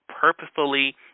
purposefully